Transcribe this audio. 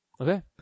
Okay